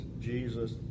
Jesus